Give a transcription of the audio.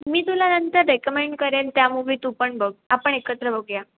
मी तुला नंतर रेकमेंड करेन त्या मुवी तू पण बघ आपण एकत्र बघूया